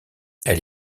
elle